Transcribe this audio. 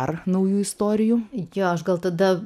ar naujų istorijų jo aš gal tada